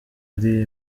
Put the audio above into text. ari